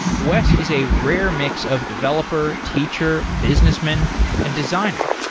wes is a rare mix of developer, teacher, businessman and designer.